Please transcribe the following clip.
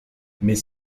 mais